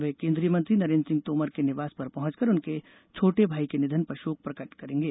वे केन्द्रीय मंत्री नरेन्द्र सिंह तोमर के निवास पर पहुँचकर उनके छोटे भाई के निधन पर शोक प्रकट करेंगे